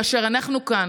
כאשר אנחנו כאן,